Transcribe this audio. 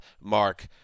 Mark